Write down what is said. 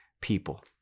people